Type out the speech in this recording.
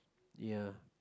ya